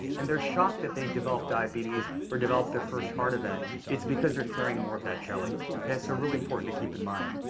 and they're shocked that they develop diabetes or develop their first heart event. it's because they're carrying more of that jelly, so really important to keep in mind.